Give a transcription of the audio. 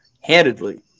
handedly